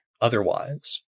otherwise